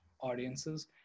audiences